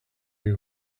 you